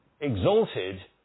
exalted